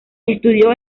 estudió